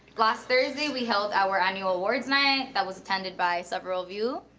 last thursday we held our annual awards night, that was attended by several of you